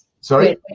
Sorry